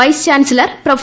vice chancellor prof